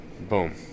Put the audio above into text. boom